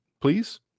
Please